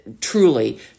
Truly